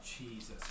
Jesus